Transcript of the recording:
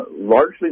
largely